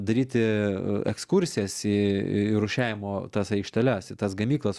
daryti ekskursijas į į rūšiavimo tas aikšteles į tas gamyklas